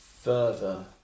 further